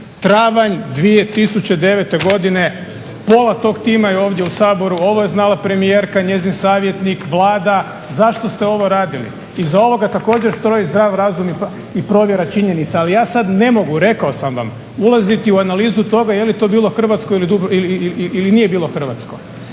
Travanj, 2009. godine. Pola tog tima je ovdje u Saboru. Ovo je znala premijerka, njezin savjetnik, Vlada. Zašto ste ovo radili? Iza ovoga također stoji zdrav razum i provjera činjenica, ali ja sad ne mogu rekao sam vam ulaziti u analizu toga je li to bilo hrvatsko ili nije bilo hrvatsko.